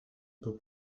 peut